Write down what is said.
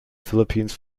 philippines